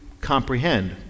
comprehend